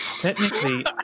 Technically